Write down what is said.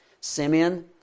Simeon